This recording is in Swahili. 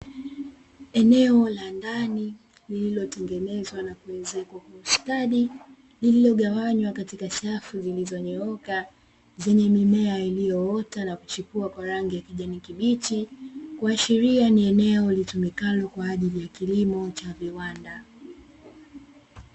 Eneo la ndani lililotengenezwa na kuezekwa kwa ustadi, lililogawanywa katika safu zilizonyooka zenye mimea iliyoota na kuchipua kwa rangi ya kijani kibichi kuashiria ni eneo litumikalo kwa ajili ya kilimo cha viwanda.